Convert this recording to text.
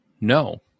No